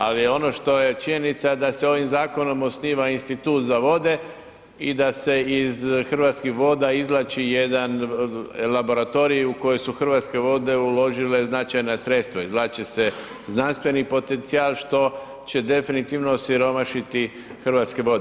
Ali ono što je činjenica da se ovim zakonom osniva Institut za vode i da se iz Hrvatskih voda izvlači jedan laboratoriji u koji su Hrvatske vode uložile značajna sredstva, izvlače se znanstveni potencijal što će definitivno osiromašiti Hrvatske vode.